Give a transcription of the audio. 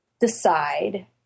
decide